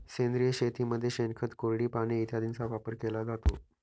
सेंद्रिय शेतीमध्ये शेणखत, कोरडी पाने इत्यादींचा वापर केला जातो